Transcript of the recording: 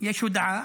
יש הודעה: